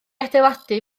adeiladu